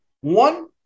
One